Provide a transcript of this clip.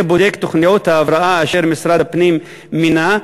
בודק תוכניות ההבראה אשר משרד הפנים מינה,